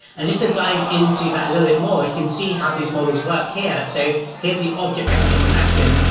and just to dive into that a little bit more, you can see how these models work here. so here's the object recognition in action.